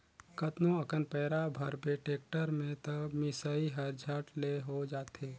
कतनो अकन पैरा भरबे टेक्टर में त मिसई हर झट ले हो जाथे